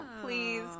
please